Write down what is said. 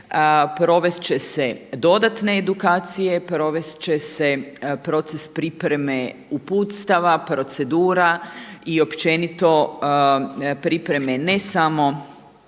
provest će se dodatne edukacije, provest će se proces pripreme uputstava, procedura i općenito pripreme ne samo